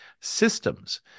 systems